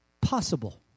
possible